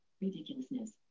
Ridiculousness